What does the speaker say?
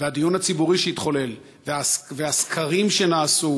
והדיון הציבורי שהתחולל והסקרים שנעשו